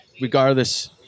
regardless